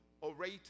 orator